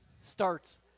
starts